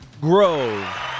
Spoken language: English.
Grove